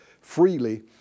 freely